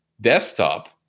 desktop